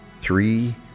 Three